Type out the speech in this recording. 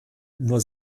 nur